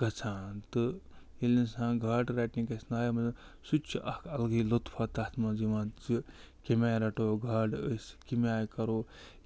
گژھان تہٕ ییٚلہِ اِنسان گاڈٕ رَٹنہِ گژھِ نایہِ منٛز سُہ تہِ چھِ اَکھ الگٕے لُطف وۄںۍ تَتھ منٛز یِوان زِ کَمہِ آیہِ رَٹو گاڈٕ أسۍ کَمہِ آیہِ کَرو